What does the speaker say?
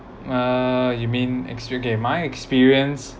uh you mean extra game my experience